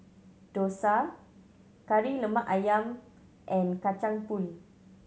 dosa Kari Lemak Ayam and Kacang Pool